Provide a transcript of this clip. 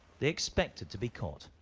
they expected to be caught.